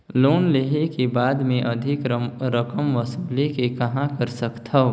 Loan लेहे के बाद मे अधिक रकम वसूले के कहां कर सकथव?